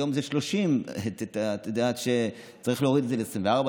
היום זה 30. את יודעת שצריך להוריד את זה ל-25-24,